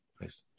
Nice